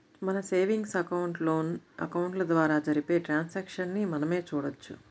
మన savings account, loan అకౌంట్ల ద్వారా జరిపే ట్రాన్సాక్షన్స్ ని మనమే చూడొచ్చు